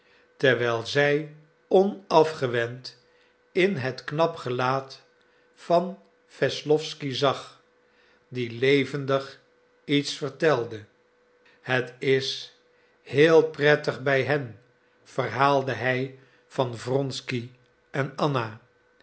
terwijl zij onafgewend in het knap gelaat van wesslowsky zag die levendig iets vertelde het is heel prettig bij hen verhaalde hij van wronsky en anna